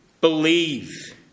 believe